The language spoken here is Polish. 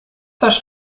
też